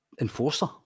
enforcer